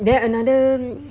then another